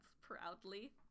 proudly